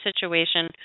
situation